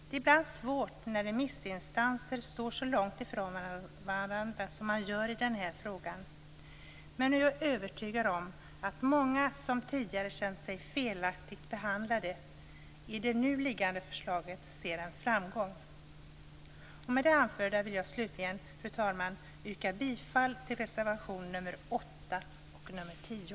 Det är ibland svårt när remissinstanser står så långt ifrån varandra som man gör i den här frågan, men nu är jag övertygad om att många som tidigare känt sig felaktigt behandlade ser en framgång i det nu liggande förslaget. Med det anförda vill jag slutligen, fru talman, yrka bifall till reservationerna nr 8 och nr 10.